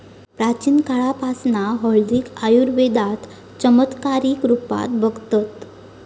प्राचीन काळापासना हळदीक आयुर्वेदात चमत्कारीक रुपात बघतत